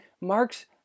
Marx